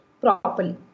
properly